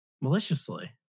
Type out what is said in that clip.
maliciously